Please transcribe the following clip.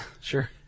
sure